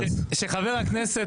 זה שר האוצר